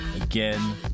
again